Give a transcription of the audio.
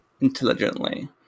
intelligently